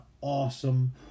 awesome